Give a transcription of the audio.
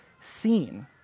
seen